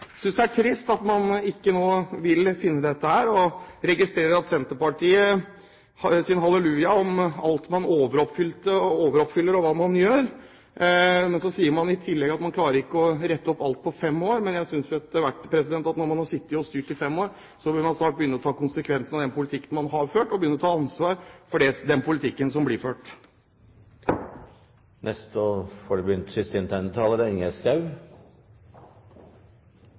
trist at man nå ikke vil finne dette. Jeg registrerer Senterpartiets halleluja til alt man overoppfyller og hva man gjør. Men samtidig sier man at man ikke klarer å rette opp alt på fem år. Jeg synes at når man har sittet og styrt i fem år, må man snart begynne å ta konsekvensen av den politikken man har ført, og begynne å ta ansvar for den politikken som blir ført. Til diskusjonen om planeter og hvor vi er, må jeg nøye meg med å si at jeg er meget fornøyd med at Kristelig Folkeparti og Fremskrittspartiet er sammen med Høyre i forslaget som ligger i saken. Det er